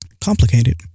complicated